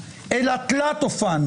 אלא תלת-אופן,